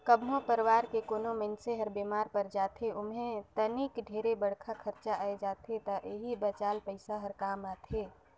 कभो परवार के कोनो मइनसे हर बेमार पर जाथे ओम्हे तनिक ढेरे बड़खा खरचा आये जाथे त एही बचाल पइसा हर काम आथे